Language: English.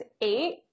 eight